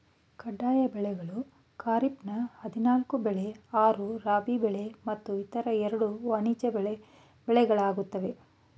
ಕಡ್ಡಾಯ ಬೆಳೆಗಳು ಖಾರಿಫ್ನ ಹದಿನಾಲ್ಕು ಬೆಳೆ ಆರು ರಾಬಿ ಬೆಳೆ ಮತ್ತು ಇತರ ಎರಡು ವಾಣಿಜ್ಯ ಬೆಳೆಗಳಾಗಯ್ತೆ